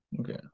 Okay